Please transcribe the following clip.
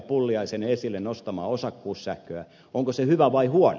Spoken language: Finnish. pulliaisen esille nostamaa osakkuussähköä onko se hyvä vai huono